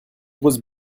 grosse